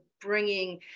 Bringing